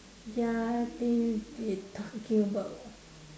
ya they they talking about